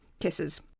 kisses